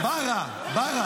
ברא, ברא, ברא.